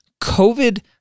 COVID